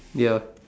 ya